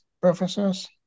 professors